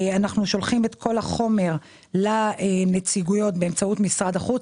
אנחנו שולחים את כל החומר לנציגויות באמצעות משרד החוץ.